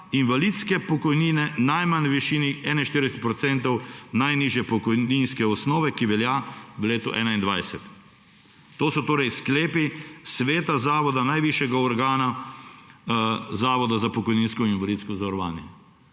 invalidske pokojnine najmanj v višini 41 % najnižje pokojninske osnovne, ki velja v letu 2021.« To so torej sklepi zavoda, najvišjega organa Zavoda za pokojninsko in invalidsko zavarovanje.